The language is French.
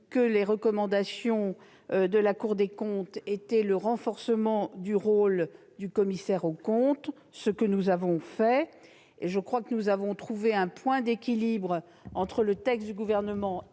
que les recommandations de la Cour des comptes pointaient le nécessaire renforcement du rôle du commissaire aux comptes, ce à quoi nous avons procédé. Nous avons trouvé un point d'équilibre entre le texte du Gouvernement